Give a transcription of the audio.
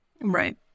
Right